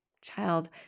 child